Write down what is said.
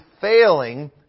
failing